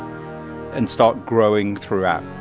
and start growing throughout.